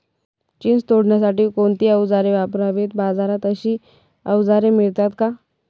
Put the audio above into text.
चिंच तोडण्यासाठी कोणती औजारे वापरावीत? बाजारात अशी औजारे मिळतात का?